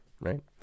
right